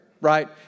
right